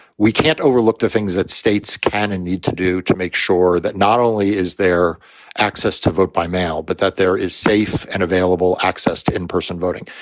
we can't overlook the things that states can and need to do to make sure that not only is their access to vote by mail, but that their is safe and available access to in-person voting.